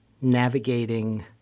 navigating